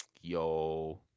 Yo